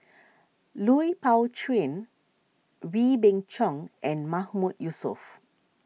Lui Pao Chuen Wee Beng Chong and Mahmood Yusof